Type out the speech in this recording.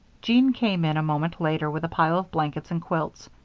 jean came in a moment later with a pile of blankets and quilts.